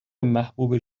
محبوب